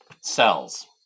cells